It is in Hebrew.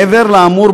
מעבר לאמור,